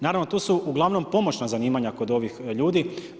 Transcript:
Naravno tu su uglavnom pomoćna zanimanja kod ovih ljudi.